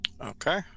okay